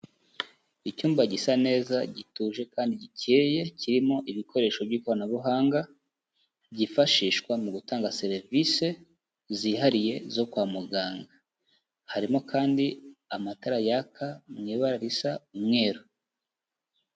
Icyumba gisa neza gituje kandi gikeye, kirimo ibikoresho by'ikorana buhanga, byifashishwa mu gutanga serivise zihariye zo kwa muganga. Harimo kandi amatara yaka mu ibara risa umweru.